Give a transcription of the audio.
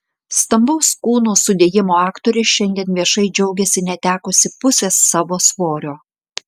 stambaus kūno sudėjimo aktorė šiandien viešai džiaugiasi netekusi pusės savo svorio